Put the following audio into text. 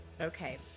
Okay